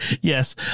Yes